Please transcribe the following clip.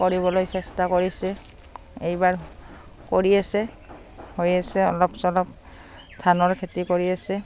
কৰিবলৈ চেষ্টা কৰিছে এইবাৰ কৰি আছে হৈ আছে অলপ চলপ ধানৰ খেতি কৰি আছে